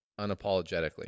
unapologetically